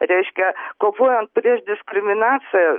reiškia kovojom prieš diskriminaciją